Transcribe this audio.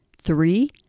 Three